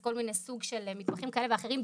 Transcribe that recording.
כל מיני סוג של מתמחים כאלה ואחרים,